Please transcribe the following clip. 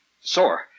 Sore